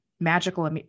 magical